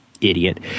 idiot